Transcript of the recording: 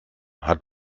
hat